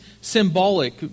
symbolic